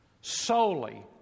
solely